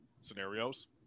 scenarios